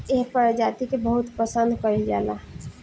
एह प्रजाति के बहुत पसंद कईल जाला